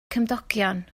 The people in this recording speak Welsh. cymdogion